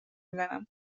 میزنم